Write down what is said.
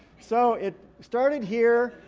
so it started here.